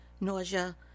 nausea